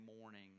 morning